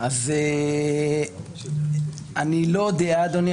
אני לא יודע, אדוני.